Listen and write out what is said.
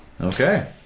Okay